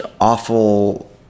awful